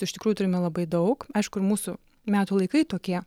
iš tikrųjų turime labai daug aišku ir mūsų metų laikai tokie